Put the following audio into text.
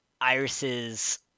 Iris's